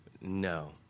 No